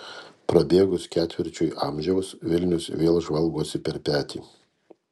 prabėgus ketvirčiui amžiaus vilnius vėl žvalgosi per petį